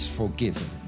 forgiven